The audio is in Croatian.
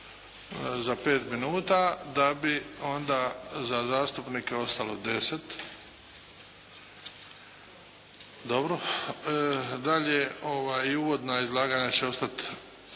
za 5 minuta, da bi onda za zastupnike ostalo 10. Dobro? Dalje i uvodna izlaganja će ostati